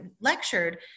lectured